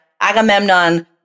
Agamemnon